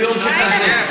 ביום שכזה.